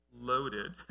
loaded